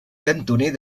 cantoner